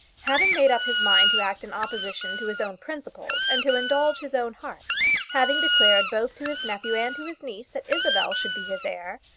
having made up his mind to act in opposition to his own principles, and to indulge his own heart having declared both to his nephew and to his niece that isabel should be his heir,